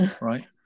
right